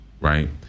right